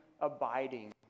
abiding